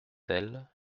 elle